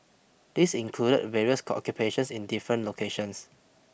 this included various occupations in different locations